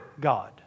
God